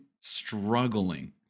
struggling